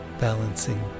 balancing